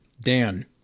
Dan